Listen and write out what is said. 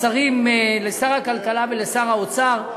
לשר הכלכלה ולשר האוצר,